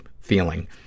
feeling